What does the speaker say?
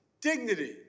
dignity